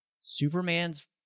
Superman's